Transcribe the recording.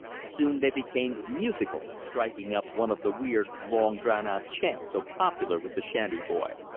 soon they became musical, striking up one of the weird long-drawn-out chants so popular with the shanty boy.